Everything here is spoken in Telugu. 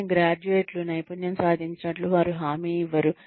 కానీ గ్రాడ్యుయేట్లు నైపుణ్యం సాధించినట్లు వారు హామీ ఇవ్వరు